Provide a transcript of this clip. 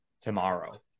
tomorrow